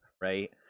right